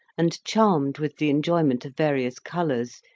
and charmed with the enjoyment of various colours,